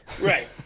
Right